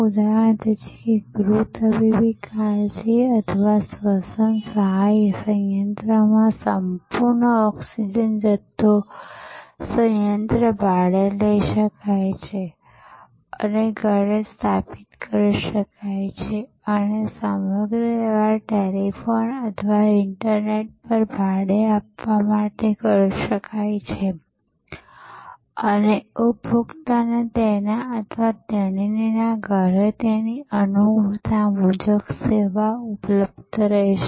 ઉદાહરણ તરીકે ગૃહ તબીબી કાળજી અથવા શ્વસન સહાય સંયંત્રમાં સંપૂર્ણ ઓક્સિજન જથ્થો સંયંત્ર ભાડે લઈ શકાય છે અને ઘરે સ્થાપિત કરી શકાય છે અને સમગ્ર વ્યવહાર ટેલિફોન અથવા ઇન્ટરનેટ પર ભાડે આપવા માટે કરી શકાય છે અને ઉપભોક્તાને તેના અથવા તેણીના ઘરે તેની અનુકૂળતા મુજબ સેવા ઉપલબ્ધ રહેશે